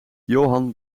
johan